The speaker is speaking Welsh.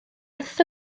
wrth